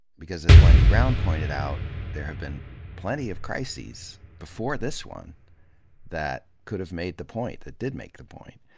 because as wendy brown pointed out, there have been plenty of crises before this one that could have made the point, that did make the point,